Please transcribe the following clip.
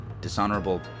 Dishonorable